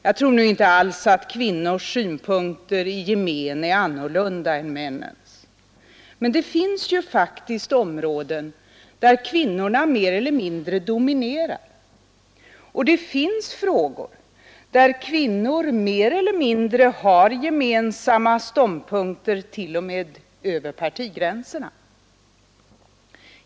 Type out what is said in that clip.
Jag tror inte alls att kvinnors synpunkter i gemen är annorlunda än männens, men det finns faktiskt områden där kvinnorna mer eller mindre dominerar, och det finns frågor där kvinnor mer eller mindre har gemensamma ståndpunkter, t.o.m. över partigränserna.